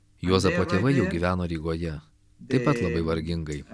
juozapo tėvai jau gyveno rygoje taip pat labai vargingai